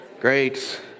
Great